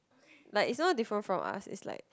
like is so different from us is like